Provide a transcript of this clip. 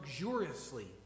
luxuriously